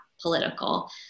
political